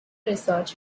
research